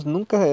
Nunca